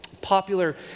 popular